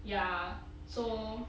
ya so